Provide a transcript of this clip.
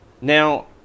Now